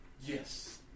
Yes